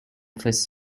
first